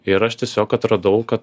ir aš tiesiog atradau kad